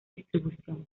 distribución